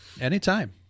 anytime